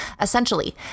Essentially